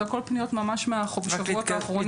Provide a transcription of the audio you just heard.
זה הכול פניות ממש מהשבועות האחרונים.